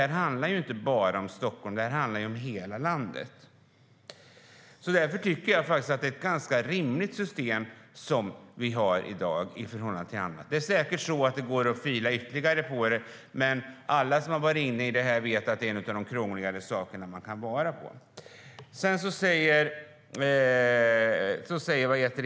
Det handlar inte bara om Stockholm utan om hela landet. Jag tycker att det är ett ganska rimligt system vi har i dag i förhållande till annat. Det går säkert att fila ytterligare på det, men alla som satt sig in i detta vet att det hör till de krångligare saker man kan ägna sig åt.